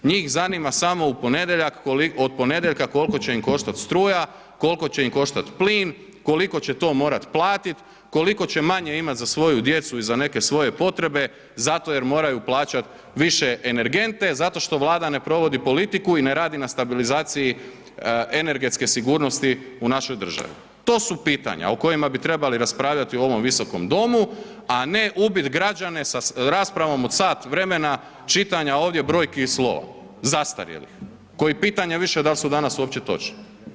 Njih zanima samo od ponedjeljka koliko će im koštat struja, koliko će im koštat plin, koliko će to morat platiti, koliko će manje imat za svoju djecu i za neke svoje potrebe zato jer moraju plaćat više energente zato što Vlada ne provodi politiku i ne radi na stabilizaciji energetske sigurnosti u našoj državi, to su pitanja o kojima bi trebali raspravljati u ovom Viskom domu a ne ubit građane sa raspravom od sat vremena čitanja ovdje brojki i slova, zastarjelih koji pitanje više dal' su danas uopće točni.